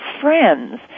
friends